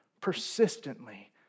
persistently